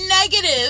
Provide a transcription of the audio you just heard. negative